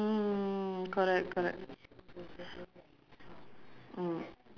ya but that one you have to um special occasion lah